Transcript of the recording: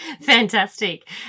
Fantastic